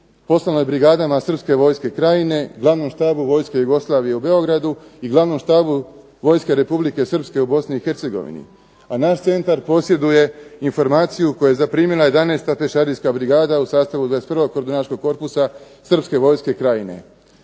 poslana je brigada na Srpske vojske krajine glavnom štabu vojske Jugoslavije u Beogradu u Glavnom štabu vojske Republike Srpske u Bosni i Hercegovini. A naš centar posjeduje informaciju koja je zaprimila 11. pješadijska brigada u sastavu 21. kordunaškog korpusa Srpske vojske krajine.